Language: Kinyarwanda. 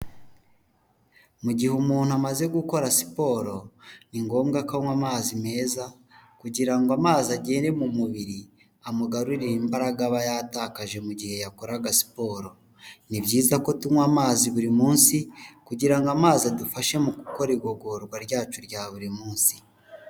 Mu gihe umuntu amaze gukora siporo ni ngombwa ko anywa amazi meza kugira ngo amazi agere mu mubiri amugarurire imbaraga aba yatakaje mugihe yakoraga siporo. Ni byiza ko tunywa amazi buri munsi kugira ngo amazi adufashe mu gukora igogorwa ryacu rya buri munsi.